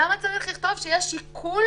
למה צריך לכתוב שיש שיקול